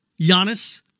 Giannis